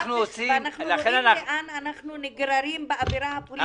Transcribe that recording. ואנחנו יודעים לאן אנחנו נגררים באווירה הפוליטית הקיימת.